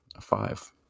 five